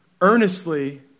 earnestly